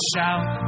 shout